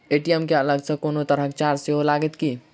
ATM केँ अलग सँ कोनो तरहक चार्ज सेहो लागत की?